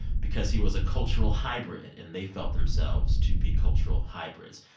because he was a cultural hybrid, and they felt themselves to be cultural hybrids.